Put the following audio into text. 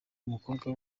umukobwa